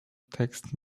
text